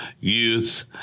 youth